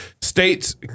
States